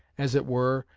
as it were,